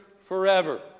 forever